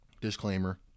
disclaimer